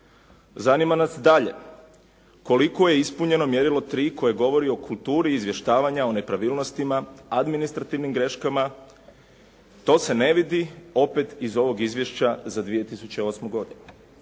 Zanima nas dalje koliko je ispunjeno mjerilo 3 koje govori o kulturi izvještavanja, o nepravilnostima, administrativnim greškama. To se ne vidi opet iz ovog izvješća za 2008. godinu.